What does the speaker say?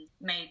made